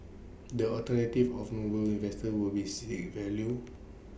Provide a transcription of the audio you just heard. the alternative of Noble's investors will be seek value